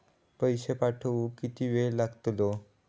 पैशे पाठवुक किती वेळ लागतलो?